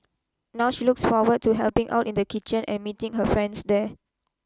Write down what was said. now she looks forward to helping out in the kitchen and meeting her friends there